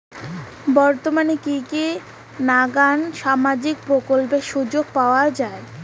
বর্তমানে কি কি নাখান সামাজিক প্রকল্পের সুযোগ পাওয়া যায়?